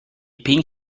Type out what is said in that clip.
pink